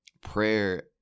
prayer